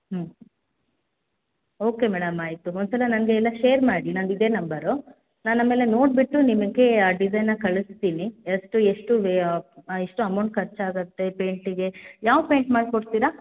ಹ್ಞೂ okay madam ಆಯಿತು ಒಂದು ಸಲ ನನಗೆ ಎಲ್ಲ ಶೇರ್ ಮಾಡಿ ನನ್ನದು ಇದೇ ನಂಬರು ನಾನು ಆಮೇಲೆ ನೋಡಿಬಿಟ್ಟು ನಿಮಗೆ ಆ ಡಿಸೈನ ಕಳಿಸ್ತೀನಿ ಎಷ್ಟು ಎಷ್ಟು ವೇ ಎಷ್ಟು ಅಮೌಂಟ್ ಖರ್ಚ್ ಆಗುತ್ತೆ ಪೇಂಟಿಗೆ ಯಾವ ಪೇಂಟ್ ಮಾಡಿಕೊಡ್ತೀರಾ